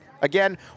again